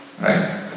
right